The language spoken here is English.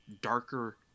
darker